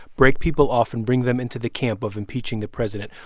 break people off and bring them into the camp of impeaching the president.